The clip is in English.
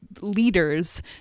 leaders